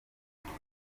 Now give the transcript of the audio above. nyuma